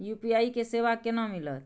UPI के सेवा केना मिलत?